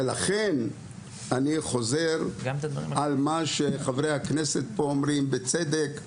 לכן אני חוזר על מה שחברי הכנסת פה אומרים, בצדק: